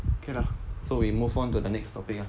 okay lah so we move on to the next topic lah